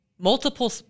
multiple